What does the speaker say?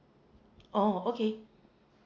oh okay